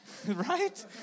Right